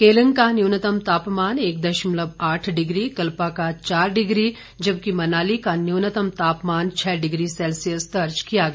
केलंग का न्यूनतम तापमान एक दशमलव आठ डिग्री कल्पा का चार डिग्री जबकि मनाली का न्यूनतम तापमान छः डिग्री सेल्सियस दर्ज किया गया